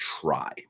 try